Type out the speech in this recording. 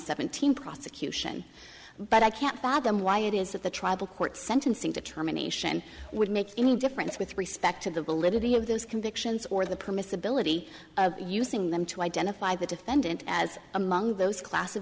seventeen prosecution but i can't fathom why it is that the tribal court sentencing determination would make any difference with respect to the validity of those convictions or the permissibility of using them to identify the defendant as among those class of